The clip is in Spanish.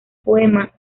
poema